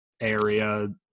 area